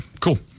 cool